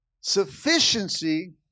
Sufficiency